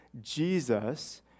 Jesus